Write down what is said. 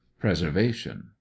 preservation